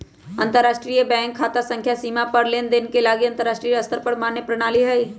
अंतरराष्ट्रीय बैंक खता संख्या सीमा पार लेनदेन के लागी अंतरराष्ट्रीय स्तर पर मान्य प्रणाली हइ